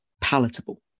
palatable